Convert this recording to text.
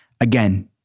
Again